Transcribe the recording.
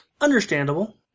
understandable